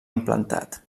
implantat